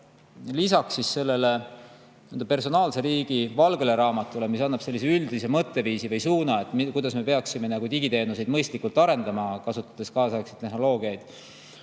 Lisaks personaalse riigi valgele raamatule, mis annab üldise mõtteviisi või suuna, kuidas me peaksime digiteenuseid mõistlikult arendama, kasutades kaasaegseid tehnoloogiaid,